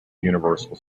universal